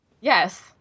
Yes